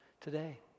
today